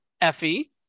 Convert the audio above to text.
Effie